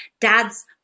Dads